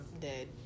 dead